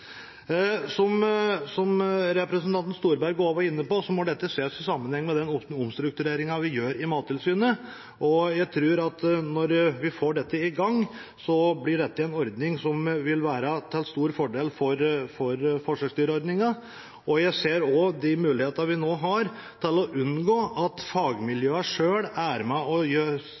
Som også representanten Storberget var inne på, må dette ses i sammenheng med den omstruktureringen vi gjør i Mattilsynet, og jeg tror at når vi får dette i gang, vil det være til stor fordel for forsøksdyrordningen. Jeg ser også de mulighetene vi nå har til å unngå at